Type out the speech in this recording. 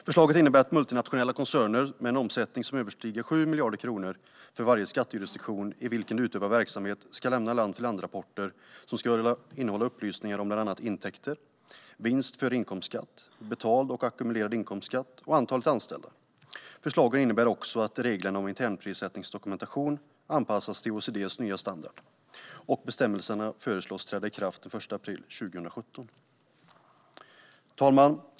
Förslaget innebär att multinationella koncerner med en omsättning som överstiger 7 miljarder kronor för varje skattejurisdiktion i vilken de utövar verksamhet ska lämna land-för-land-rapporter som ska innehålla upplysningar om bland annat intäkter, vinst före inkomstskatt, betald och ackumulerad inkomstskatt och antalet anställda. Förslagen innebär också att reglerna om internprissättningsdokumentation anpassas till OECD:s nya standard. Bestämmelserna föreslås träda i kraft den 1 april 2017. Herr talman!